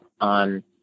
on